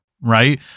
right